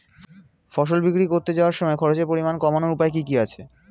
ফসল বিক্রি করতে যাওয়ার সময় খরচের পরিমাণ কমানোর উপায় কি কি আছে?